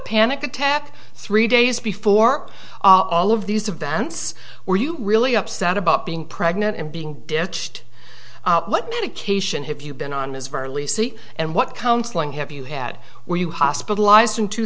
panic attack three days before all of these events were you really upset about being pregnant and being ditched what medication have you been on is virtually see and what counseling have you had were you hospitalized in two